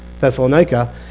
Thessalonica